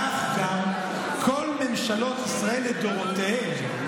כך גם כל ממשלות ישראל לדורותיהן,